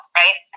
right